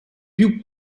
più